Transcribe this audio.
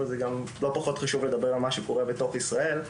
אבל זה גם לא פחות חשוב לדבר על מה שקורה בתוך ישראל.